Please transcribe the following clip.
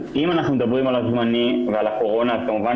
אם אנחנו מדברים על הזמני בתקופת הקורונה אז כמובן